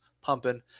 pumping